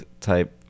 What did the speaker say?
type